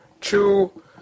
two